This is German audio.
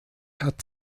hat